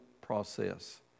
process